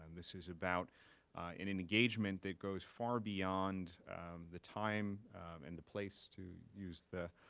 and this is about an engagement that goes far beyond the time and the place, to use the